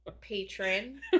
patron